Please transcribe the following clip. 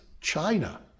China